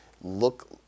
look